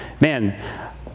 man